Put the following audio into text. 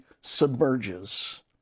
submerges